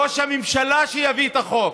שראש הממשלה יביא את החוק,